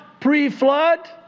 pre-flood